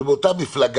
שבאותה מפלגה